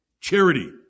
charity